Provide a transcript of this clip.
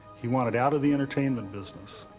he wanted out of the entertainment business.